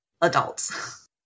adults